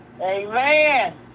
Amen